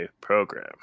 program